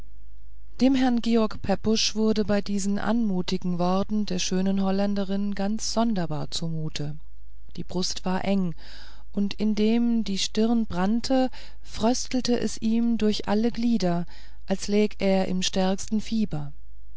dem herrn george pepusch wurde bei diesen anmutigen worten der schönen holländerin gar sonderbar zumute die brust war enge und indem ihm die stirn brannte fröstelte es ihm durch alle glieder als läg er im stärksten fieber